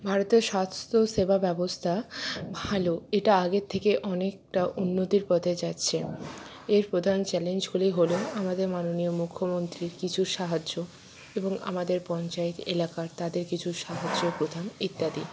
ভারতের স্বাস্থ্যসেবা ব্যবস্থা ভালো এটা আগের থেকে অনেকটা উন্নতির পথে যাচ্ছে এর প্রধান চ্যালেঞ্জগুলি হল আমাদের মাননীয় মুখ্যমন্ত্রীর কিছু সাহায্য এবং আমাদের পঞ্চায়েত এলাকার তাদের কিছু সাহায্য প্রদান ইত্যাদি